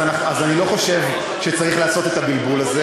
אז אני לא חושב שצריך לעשות את הבלבול הזה.